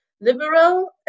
liberal